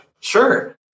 Sure